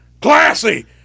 Classy